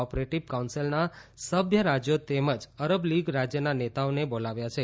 operative કાઉસેલના સભ્ય રાજયો તેમજ અરબ લીગ રાજયના નેતાઓને બોલાવ્યા છે